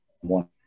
one